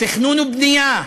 תכנון ובנייה,